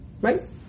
right